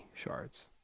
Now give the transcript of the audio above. shards